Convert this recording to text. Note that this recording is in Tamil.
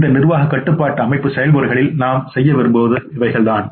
இந்த நிர்வாக கட்டுப்பாட்டு அமைப்பு செயல்முறைகளில் நாம் செய்ய விரும்புவது இதுதான்